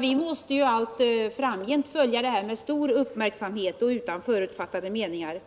Vi måste allt framgent följa utvecklingen med stor uppmärksamhet och utan förutfattade meningar.